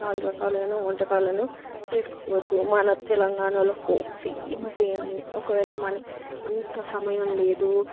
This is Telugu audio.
చాలా రకాలైన వంటకాలను చేసుకోవచ్చు మన తెలంగాణలో ఫు ఫేమస్ ఏందీ ఒకవేళ మన అంత సమయం లేదు